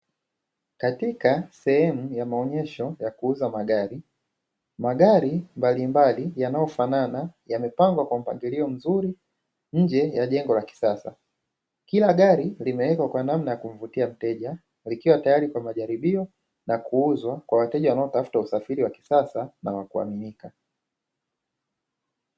Katika sehemu ya maonyesho ya kuuza magari. Magari mbalimbali yanayofanana yamepangwa kwa mpangilio mzuri nje ya jengo la kisasa. Kila gari limewekwa kwa namna ya kumvutia mteja, likiwa tayari kwa majaribio na kuuzwa kwa wateja wanaotafuta usafiri wa kisasa na wa kuaminika.